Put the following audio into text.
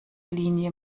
linie